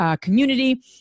community